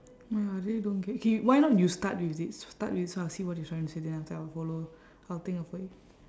!wah! I really don't get K why not you start with it start with it so I'll see what you're trying to say then after that I will follow I'll think of like